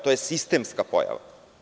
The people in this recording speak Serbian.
To je sistemska pojava.